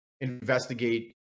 investigate